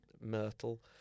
Myrtle